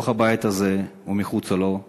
מתוך הבית הזה ומחוצה לו,